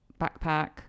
backpack